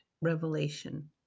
revelation